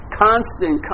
constant